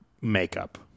makeup